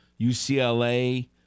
UCLA